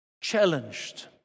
challenged